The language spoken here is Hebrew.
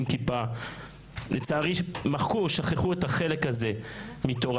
כיפה מחקו או שכחו את החלק הזה מתורתנו.